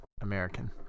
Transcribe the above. American